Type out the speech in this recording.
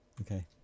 Okay